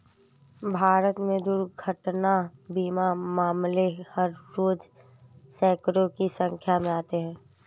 भारत में दुर्घटना बीमा मामले हर रोज़ सैंकडों की संख्या में आते हैं